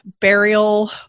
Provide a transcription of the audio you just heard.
burial